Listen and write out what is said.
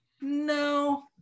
no